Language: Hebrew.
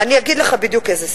אני אגיד לך בדיוק איזה סעיף.